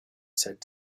said